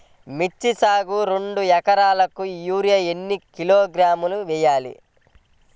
మిర్చి సాగుకు రెండు ఏకరాలకు యూరియా ఏన్ని కిలోగ్రాములు వేయాలి?